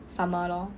summer lor